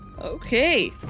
Okay